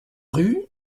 rue